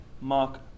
Mark